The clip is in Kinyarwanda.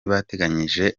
bateganyije